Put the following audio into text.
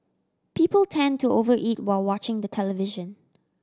people tend to over eat while watching the television